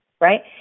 Right